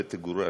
ותגורש.